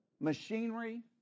machinery